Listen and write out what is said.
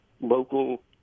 local